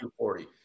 240